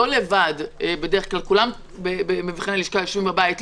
לא לבד בדרך כלל כולם במבחני הלשכה יושבים בבית,